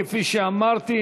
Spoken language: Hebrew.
כפי שאמרתי,